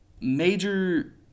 major